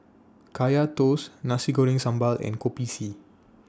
Kaya Toast Nasi Goreng Sambal and Kopi C